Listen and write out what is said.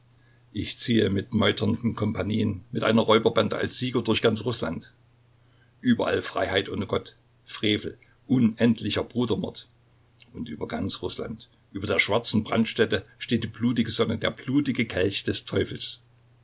ich ziehe mit meuternden kompanien mit einer räuberbande als sieger durch ganz rußland überall freiheit ohne gott frevel unendlicher brudermord und über ganz rußland über der schwarzen brandstätte steht die blutige sonne der blutige kelch des teufels